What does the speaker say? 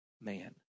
man